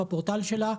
בפורטל שלה.